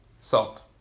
salt